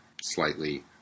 slightly